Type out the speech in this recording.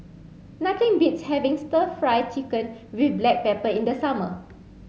nothing beats having stir fry chicken with black pepper in the summer